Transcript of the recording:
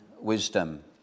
wisdom